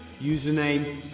Username